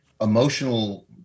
emotional